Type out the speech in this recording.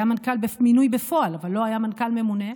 היה מינוי בפועל, אבל לא היה מנכ"ל ממונה.